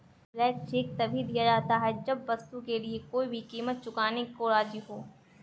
blank cheque तभी दिया जाता है जब वस्तु के लिए कोई भी कीमत चुकाने को राज़ी हो